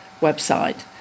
website